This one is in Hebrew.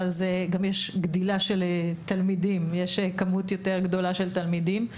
יש גם גדילה וכמות יותר גדולה של תלמידים.